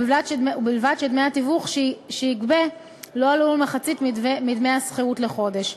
ובלבד שדמי התיווך שיגבה לא יעלו על מחצית מדמי השכירות לחודש.